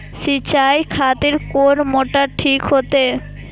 सीचाई खातिर कोन मोटर ठीक होते?